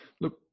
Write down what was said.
look